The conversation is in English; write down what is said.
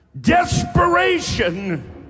Desperation